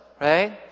right